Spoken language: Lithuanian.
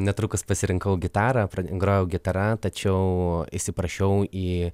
netrukus pasirinkau gitarą pra grojau gitara tačiau įsiprašiau į